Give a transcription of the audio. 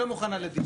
בפועל זה לא נכון.